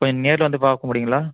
கொஞ்சம் நேர்ல வந்து பார்க்க முடியுங்களா